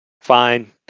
Fine